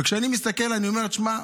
וכשאני מסתכל, אני אומר: תשמע,